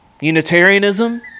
Unitarianism